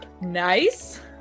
nice